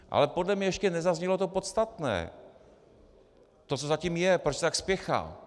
Ale podle mě ještě nezaznělo to podstatné, to, co za tím je, proč se tak spěchá.